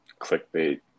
clickbait